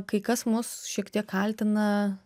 kai kas mus šiek tiek kaltina